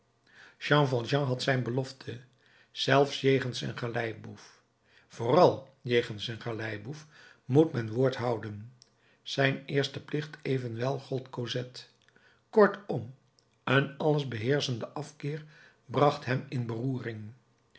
jean valjean had zijn belofte zelfs jegens een galeiboef vooral jegens een galeiboef moet men woord houden zijn eerste plicht evenwel gold cosette kortom een allesbeheerschende afkeer bracht hem in beroering